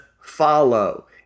follow